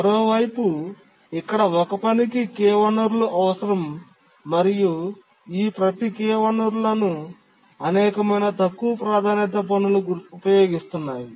మరోవైపు ఇక్కడ ఒక పనికి k వనరులు అవసరం మరియు ఈ ప్రతి k వనరులను అనేకమైన తక్కువ ప్రాధాన్యత పనులు ఉపయోగిస్తున్నాయి